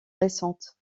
récentes